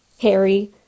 Harry